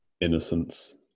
innocence